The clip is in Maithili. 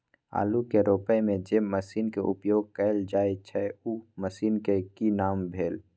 आलू के रोपय में जे मसीन के उपयोग कैल जाय छै उ मसीन के की नाम भेल?